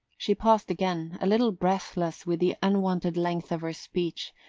she paused again, a little breathless with the unwonted length of her speech,